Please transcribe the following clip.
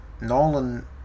Nolan